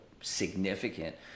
significant